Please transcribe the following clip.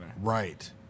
right